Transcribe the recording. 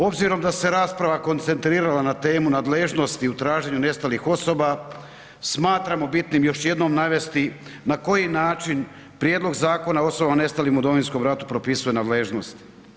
Obzirom da se rasprava koncentrirala na temu nadležnosti u traženju nestalih osoba, smatramo bitnim još jednom navesti na koji način Prijedlog Zakona o osobama nestalim u Domovinskom ratu propisuje nadležnost.